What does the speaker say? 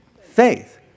faith